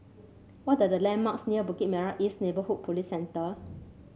what are the landmarks near Bukit Merah East Neighbourhood Police Centre